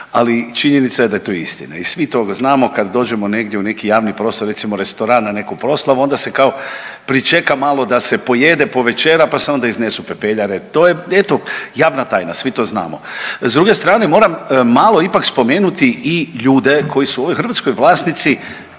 Ali činjenica je da je to istina i svi to znamo, kad dođemo negdje u neki javni prostor, recimo restoran na neku proslavu onda se kao pričeka malo da se pojede, povečera, pa se onda iznesu pepeljare, to je eto javna tajna, svi to znamo. S druge strane moram malo ipak spomenuti i ljude koji su u ovoj Hrvatskoj vlasnici